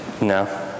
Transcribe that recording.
No